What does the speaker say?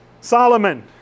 Solomon